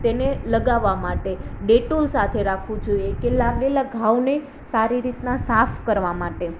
તેને લગાવા માટે ડેટોલ સાથે રાખવું જોઈએ કે લાગેલા ઘાવને સારી રીતના સાફ કરવા માટે